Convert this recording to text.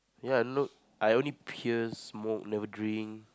ya look I only pierce smoke never drink